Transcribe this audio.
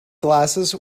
glasses